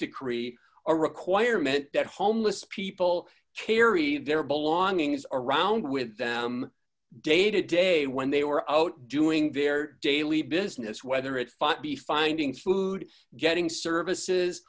decree or requirement that homeless people carry their belongings are around with them day to day when they were out doing their daily business whether it's five be finding food getting services